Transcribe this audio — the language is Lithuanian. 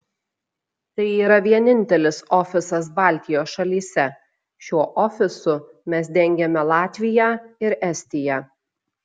tai yra vienintelis ofisas baltijos šalyse šiuo ofisu mes dengiame latviją ir estiją